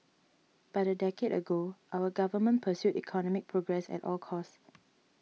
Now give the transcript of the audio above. but a decade ago our Government pursued economic progress at all costs